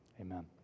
Amen